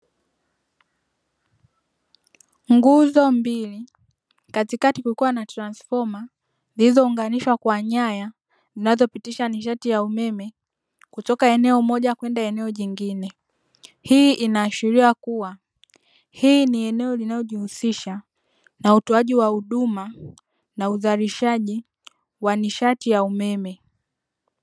Nguzo mbili katikati kukiwa na transfoma zilizounganishwa kwa nyaya zinazopitisha nishati ya umeme, kutoka eneo moja kwenda eneo jingine. Hii inaashiria kuwa hii ni eneo linalojihusisha na utoaji wa huduma na uzalishaji wa nishati ya umeme.